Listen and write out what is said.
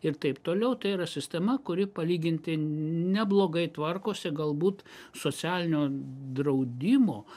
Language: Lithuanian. ir taip toliau tai yra sistema kuri palyginti neblogai tvarkosi galbūt socialinio draudimo